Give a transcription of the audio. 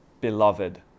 beloved